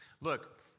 Look